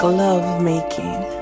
lovemaking